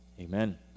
Amen